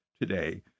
today